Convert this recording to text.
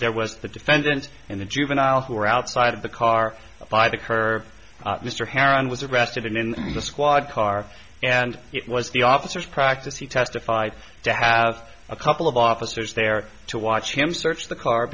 there was the defendant and the juvenile who were outside of the car by the curb mr heron was arrested and in the squad car and it was the officers practice he testified to have a couple of officers there to watch him search the car